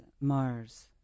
Mars